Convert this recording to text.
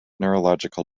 neurological